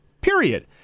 Period